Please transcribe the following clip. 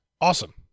Awesome